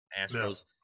Astros